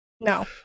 No